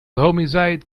homicide